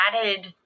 added